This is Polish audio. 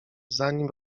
zanim